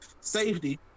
safety